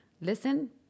Listen